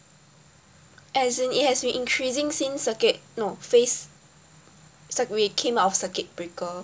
as in it has been increasing since circuit no phase circ~ we came out of circuit breaker